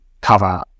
cover